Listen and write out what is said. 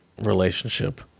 relationship